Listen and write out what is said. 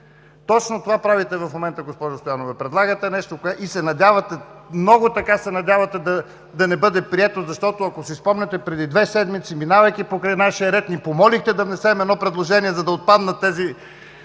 Точно това правите в момента, госпожо Стоянова – предлагате нещо и се надявате, много се надявате да не бъде прието. Ако си спомняте преди две седмици, минавайки покрай нашия ред, ни помолихте да внесем едно предложение, за да отпадне този